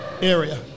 area